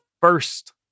first